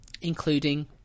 including